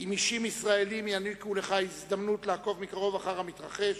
עם אישים ישראלים יעניקו לך הזדמנות לעקוב מקרוב אחר המתרחש